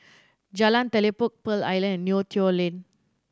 Jalan Telipok Pearl Island and Neo Tiew Lane